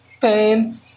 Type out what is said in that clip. pain